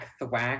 thwack